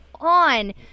on